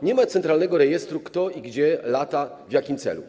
Nie ma centralnego rejestru, kto gdzie lata w jakim celu.